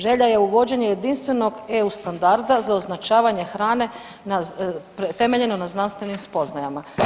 Želja je uvođenje jedinstvenog EU standarda za označavanje hrane temeljeno na znanstvenim spoznajama.